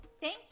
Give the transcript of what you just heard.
Thank